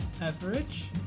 average